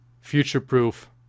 future-proof